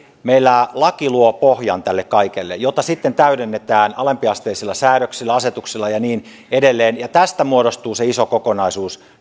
meillä laki luo pohjan tälle kaikelle jota sitten täydennetään alempiasteisilla säädöksillä asetuksilla ja niin edelleen ja tästä muodostuu se iso kokonaisuus